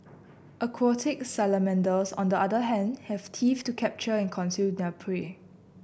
aquatic salamanders on the other hand have teeth to capture and consume their prey